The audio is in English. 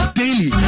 daily